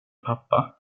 pappa